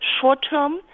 short-term